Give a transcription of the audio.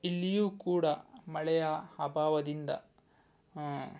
ಇಲ್ಲಿಯೂ ಕೂಡ ಮಳೆಯ ಅಭಾವದಿಂದ